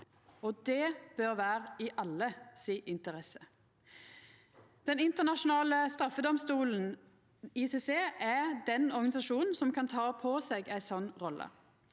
Det bør vera i alles interesse. Den internasjonale straffedomstolen, ICC, er den organisasjonen som kan ta på seg ei slik rolle.